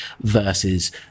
versus